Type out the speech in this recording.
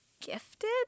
gifted